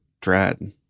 dread